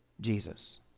Jesus